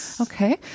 Okay